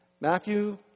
Matthew